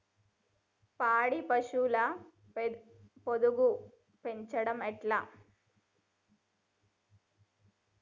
పాడి పశువుల పొదుగు పెంచడం ఎట్లా?